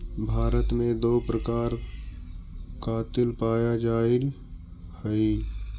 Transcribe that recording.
भारत में दो प्रकार कातिल पाया जाईल हई